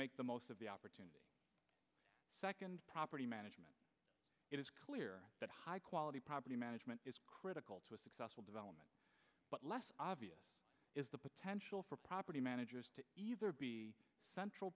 make the most of the opportunity second property management it is clear that high quality property management is critical to a successful development but less obvious is the potential for a property manager either be a central